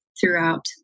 throughout